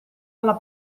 alla